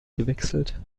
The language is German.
gewechselt